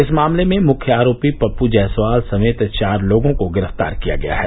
इस मामले में मुख्य आरोपी पप्पू जायसवाल समेत चार लोगों को गिरफ्तार किया गया है